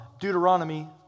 Deuteronomy